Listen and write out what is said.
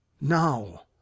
Now